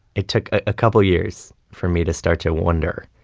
it took a couple years for me to start to wonder,